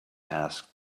asked